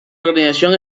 organización